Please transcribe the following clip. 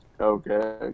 Okay